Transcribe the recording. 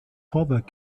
vorwerk